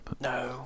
No